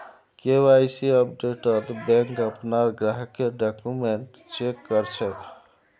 KYC अपडेटत bank अपनार ग्राहकेर डॉक्यूमेंट चेक कर छेक